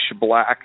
black